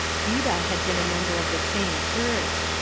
vida had been a member of the same church.